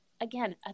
again